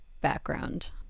background